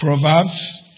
Proverbs